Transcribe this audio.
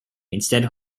instead